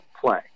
play